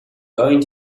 going